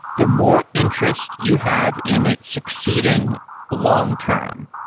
the more interest you have in its succeeding long-term?